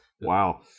Wow